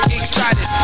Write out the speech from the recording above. excited